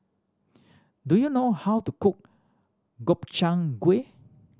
do you know how to cook Gobchang Gui